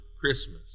Christmas